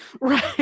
right